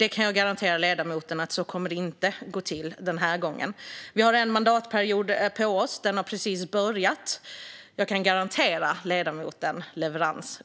Jag kan dock garantera ledamoten att det inte kommer att bli så. Vi har en mandatperiod på oss, och den har precis börjat. Men jag kan garantera ledamoten leverans